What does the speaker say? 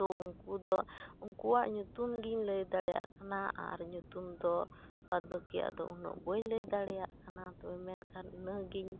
ᱛᱳ ᱩᱱᱠᱩ ᱫᱚ ᱩᱱᱠᱩᱣᱟᱜ ᱧᱩᱛᱩᱢᱜᱤᱧ ᱞᱟᱹᱭ ᱫᱟᱲᱮᱭᱟᱜ ᱠᱟᱱᱟ ᱟᱨ ᱧᱩᱛᱩᱢᱫᱚ ᱟᱨ ᱵᱟᱹᱠᱤᱭᱟᱜ ᱫᱚ ᱩᱱᱟᱹᱜ ᱵᱟᱹᱧ ᱞᱟᱹᱭ ᱫᱟᱲᱮᱭᱟᱜ ᱠᱟᱱᱟ ᱛᱚᱵᱮ ᱢᱮᱱᱠᱷᱟᱱ ᱤᱱᱟᱹᱜᱤᱧ